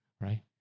right